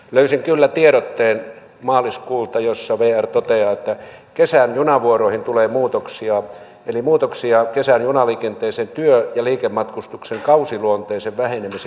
löysin kyllä tiedotteen maaliskuulta jossa vr toteaa että kesän junavuoroihin tulee muutoksia eli muutoksia kesän junaliikenteeseen työ ja liikematkustuksen kausiluonteisen vähenemisen vuoksi